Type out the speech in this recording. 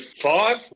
five